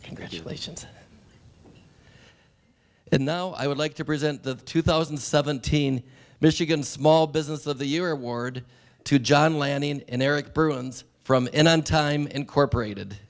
congratulations and now i would like to present the two thousand and seventeen michigan small business of the year award to john landy and eric burns from n n time incorporated